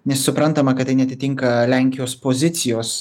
nes suprantama kad tai neatitinka lenkijos pozicijos